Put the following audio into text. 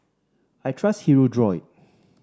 I trust Hirudoid